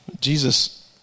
Jesus